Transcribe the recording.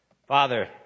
Father